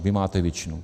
Vy máte většinu.